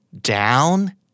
down